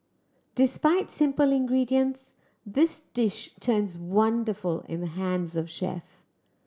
despite simple ingredients this dish turns wonderful in the hands of chef